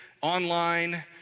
online